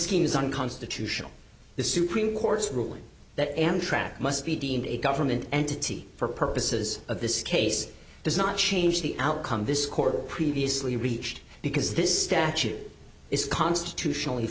is unconstitutional the supremes court's ruling that amtrak must be deemed a government entity for purposes of this case does not change the outcome this court previously reached because this statute is constitutionally